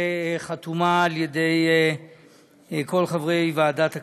שחתומה על ידי כל חברי ועדת הכספים,